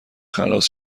خلاص